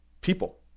people